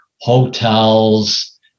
hotels